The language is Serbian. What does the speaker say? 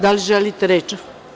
Da li želite reč?